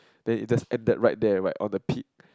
then it just ended right there right on the peak